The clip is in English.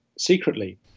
Secretly